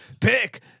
Pick